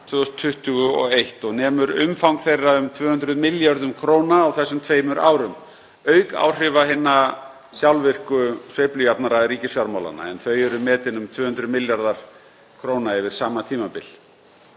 2021 og nemur umfang þeirra um 200 milljörðum kr. á þessum tveimur árum, auk áhrifa hinna sjálfvirku sveiflujafnara ríkisfjármálanna en þau eru metin um 200 milljarðar kr. yfir sama tímabil.